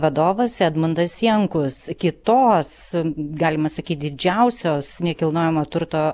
vadovas edmundas jankus kitos galima sakyt didžiausios nekilnojamo turto